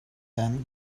then